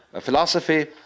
philosophy